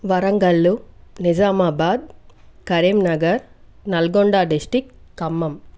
Warangal Nizamabad Karimnagar Nalgonda district Khammam